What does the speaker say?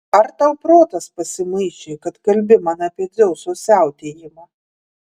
ar tau protas pasimaišė kad kalbi man apie dzeuso siautėjimą